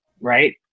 right